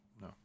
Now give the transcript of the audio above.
no